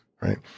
right